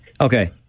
Okay